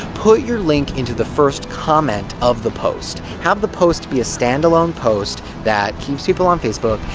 put your link into the first comment of the post. have the post be a stand-alone post that keeps people on facebook,